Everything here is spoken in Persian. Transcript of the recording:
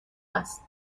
است